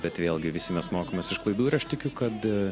bet vėl gi visi mes mokomės iš klaidų ir aš tikiu kad